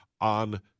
On